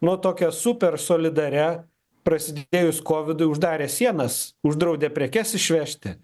nu tokia supersolidaria prasidėjus kovidui uždarė sienas uždraudė prekes išvežti